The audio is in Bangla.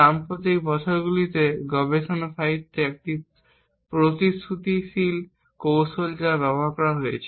সাম্প্রতিক বছরগুলিতে গবেষণা সাহিত্যে একটি প্রতিশ্রুতিশীল কৌশল যা ব্যবহার করা হয়েছে